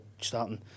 starting